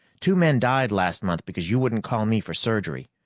two men died last month because you wouldn't call me for surgery.